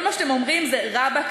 כל מה שאתם אומרים זה: רבאק,